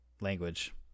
language